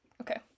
okay